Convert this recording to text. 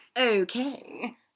Okay